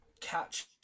catch